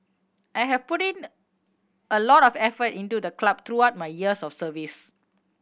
I have putting the a lot of effort into the club throughout my years of service